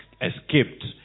escaped